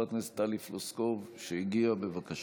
חברת הכנסת טלי פלוסקוב, שהגיעה, בבקשה.